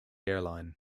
airline